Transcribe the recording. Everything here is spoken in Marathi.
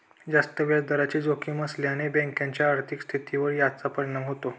जास्त व्याजदराची जोखीम असल्याने बँकेच्या आर्थिक स्थितीवर याचा परिणाम होतो